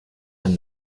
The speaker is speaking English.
than